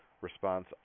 response